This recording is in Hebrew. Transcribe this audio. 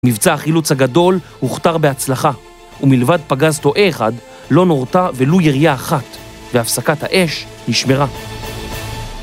מבצע החילוץ הגדול הוכתר בהצלחה, ומלבד פגז תועה אחד לא נורתה ולו ירייה אחת, והפסקת האש נשמרה